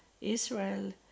Israel